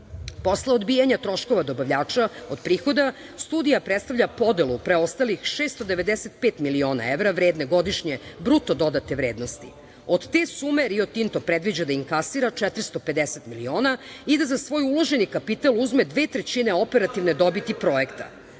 odbijanja troškova dobavljača od prihoda studija predstavlja podelu preostalih 695 miliona evra godišnje bruto dodate vrednosti. Od te sume "Rio Tinto" predviđa da inkasira 450 miliona i da za svoj uloženi kapital uzme dve trećine operativne dobiti projekta,